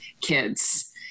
kids